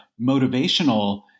motivational